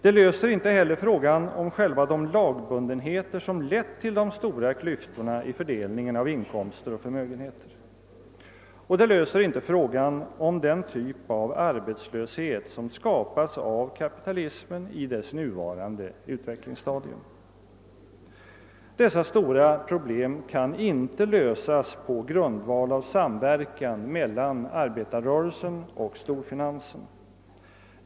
Det löser inte heller frågan om själva de lagbundenheter som lett till de stora klyftorna i fördelningen av inkomster och förmögenheter. Och det löser inte frågan om den typ av arbetslöshet som skapas av kapitalismen i dess nuvarande utvecklingsstadium. Dessa stora problem kan inte lösas på grundval av samverkan mellan arbetarrörelsen och storfinansen.